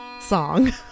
song